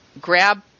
grab